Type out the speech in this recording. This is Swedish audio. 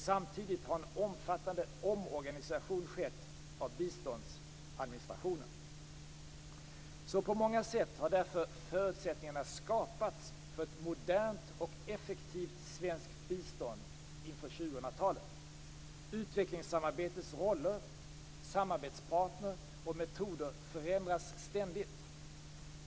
Samtidigt har en omfattande omorganisation skett av biståndsadministrationen. På många sätt har därför förutsättningar skapats för ett modernt och effektivt svenskt bistånd inför 2000-talet. Utvecklingssamarbetets roller, samarbetspartner och metoder förändras ständigt.